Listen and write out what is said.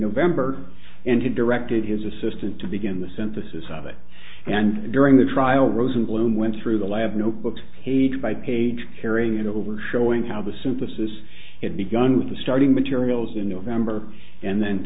november and had directed his assistant to begin the synthesis of it and during the trial rosenblum went through the lab notebooks page by page carrying it over showing how the synthesis it begun with the starting materials in november and then